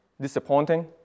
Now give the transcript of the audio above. disappointing